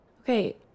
Okay